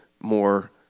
more